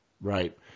Right